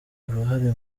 uruhare